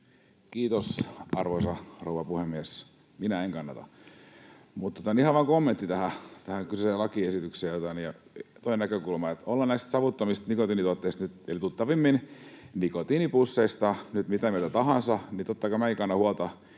Kiitos, arvoisa rouva puhemies! Minä en kannata. Mutta ihan vain kommentti tähän kyseiseen lakiesitykseen, toinen näkökulma. Ollaan näistä savuttomista nikotiinituotteista, eli tuttavimmin nikotiinipusseista, mitä mieltä tahansa, niin totta kai minäkin kannan huolta